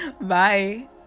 bye